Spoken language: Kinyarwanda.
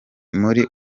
muri